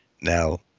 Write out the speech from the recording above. Now